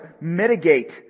mitigate